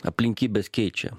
aplinkybės keičia